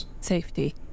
Safety